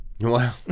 wow